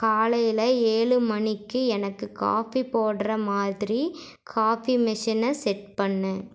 காலையில் ஏழு மணிக்கு எனக்கு காஃபி போடுகிற மாதிரி காஃபி மிஷினை செட் பண்ணு